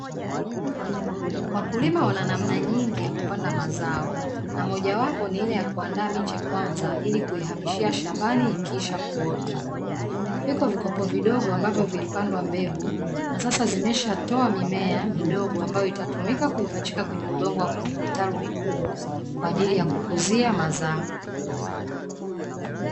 Wakulima wana namna nyingi ya kupanda mazao, na mojawapo ni ile ya kuandaa miche kwanza ili kuihamishia shambani ikiisha kuota. Vipo vikopo vidogo ambavyo vilipandwa mbegu, na sasa zimeshatoa mimea midogo ambayo itatumika kuipachika kwenye udongo wa kwenye vitalu vikubwa, kwa ajili ya kukuzia mazao.